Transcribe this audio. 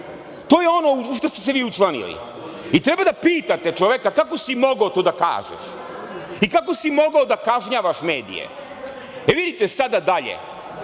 To je ono u šta ste se vi učlanili i treba da pitate čoveka kako si to mogao da kažeš i kako si mogao da kažnjavaš medije. Vidite sada dalje,